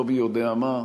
לא מי יודע מה.